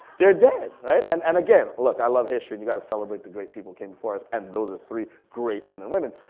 they're dead right and and again look i love history, and you gotta celebrate the great people that came before us and those are three great men and women,